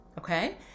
Okay